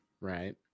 right